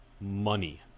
money